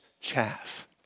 chaff